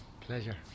Pleasure